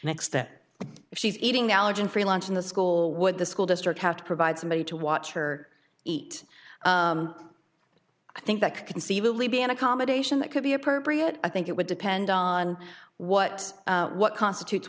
next that she's eating allergen free lunch in the school would the school district have to provide somebody to watch her eat i think that could conceivably be an accommodation that could be appropriate i think it would depend on what what constitutes